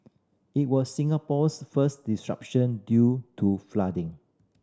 it was Singapore's first disruption due to flooding